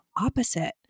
opposite